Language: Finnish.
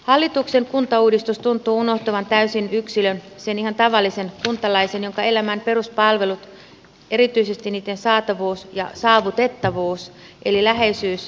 hallituksen kuntauudistus tuntuu unohtavan täysin yksilön sen ihan tavallisen kuntalaisen jonka elämään peruspalvelut erityisesti niitten saatavuus ja saavutettavuus eli läheisyys vaikuttavat